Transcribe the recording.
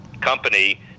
company